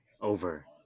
over